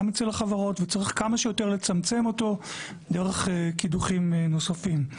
גם אצל החברות וצריך כמה שיותר לצמצם אותו דרך קידוחים נוספים.